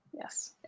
Yes